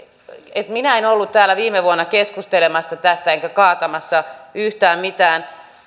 minä en ollut täällä viime vuonna keskustelemassa tästä enkä kaatamassa yhtään mitään